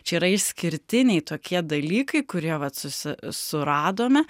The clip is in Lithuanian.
čia yra išskirtiniai tokie dalykai kurie vat su s suradome